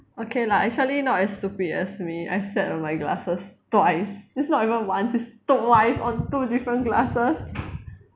okay lah actually not as stupid as me I sat on my glasses twice it's not even once it's twice on two different glasses